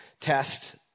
Test